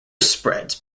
spreads